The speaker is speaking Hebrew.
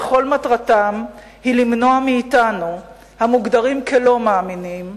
וכל מטרתם היא למנוע מאתנו, המוגדרים כלא-מאמינים,